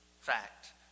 fact